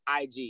IG